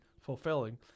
fulfilling